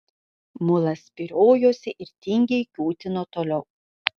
mulas spyriojosi ir tingiai kiūtino toliau